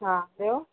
हा ॿियो